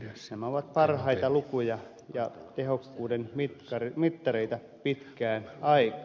nämä ovat parhaita lukuja ja tehokkuuden mittareita pitkään aikaan